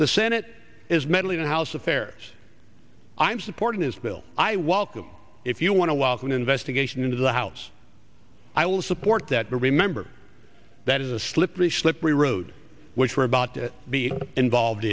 the senate is metally the house affairs i'm supporting this bill i want them if you want to welcome an investigation into the house i will support that but remember that is a slippery slippery road which we're about to be involved